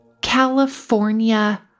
California